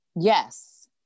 yes